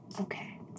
Okay